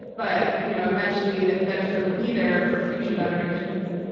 but you know eventually, that benefit will be there for future generations.